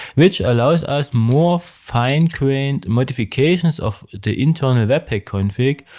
which allows us more fine-grained modifications of the internal webpack config.